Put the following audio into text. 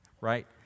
right